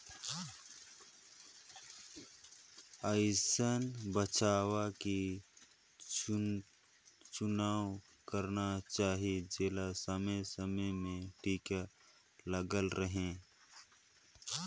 अइसन बछवा के चुनाव करना चाही जेला समे समे में टीका लगल रहें